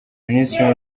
minisitiri